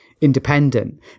independent